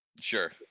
Sure